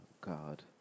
God